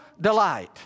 delight